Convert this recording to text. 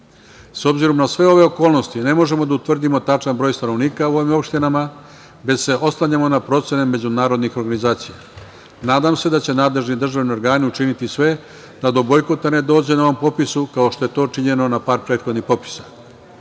S obzirom na sve ove okolnosti ne možemo da utvrdimo tačan broj stanovnika u ovim opštinama, već se oslanjamo na procene međunarodnih organizacija. Nadam se da će državni organi učiniti sve da do bojkota ne dođe na ovom popisu, kao što je to činjeno na par prethodnih popisa.